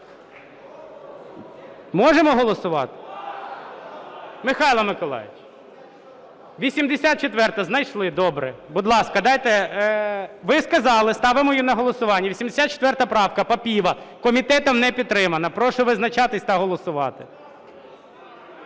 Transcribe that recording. давайте голосувати. Можемо голосувати? Михайло Миколайович. 84-а, знайшли – добре. Будь ласка, дайте... Ви сказали, ставимо її на голосування. 84-а правка Папієва. комітетом не підтримана. Прошу визначатися та голосувати.